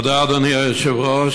תודה, אדוני היושב-ראש.